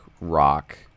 rock